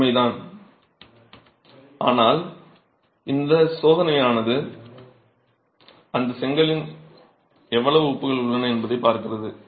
உண்மைதான் ஆனால் இந்தச் சோதனையானது அந்தச் செங்கலில் எவ்வளவு உப்புகள் உள்ளன என்பதைப் பார்க்கிறது